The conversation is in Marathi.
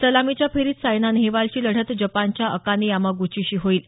सलामीच्या फेरीत सायना नेहवालची लढत जपानच्या अकाने यामाग्चीशी होईल